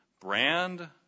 brand